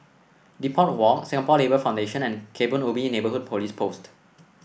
Depot Walk Singapore Labour Foundation and Kebun Ubi Neighbourhood Police Post